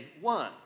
one